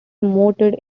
moated